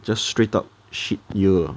just straight up shit !eeyer!